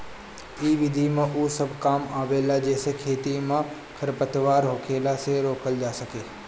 इ विधि में उ सब काम आवेला जेसे खेत में खरपतवार होखला से रोकल जा सके